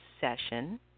session